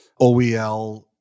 OEL